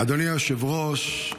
אדוני היושב-ראש,